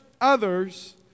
others